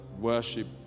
worship